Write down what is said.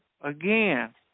again